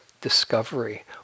discovery